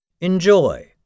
Enjoy